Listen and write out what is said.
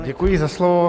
Děkuji za slovo.